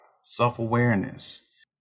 self-awareness